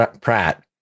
pratt